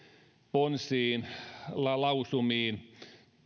ponsiin lausumiin